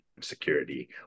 security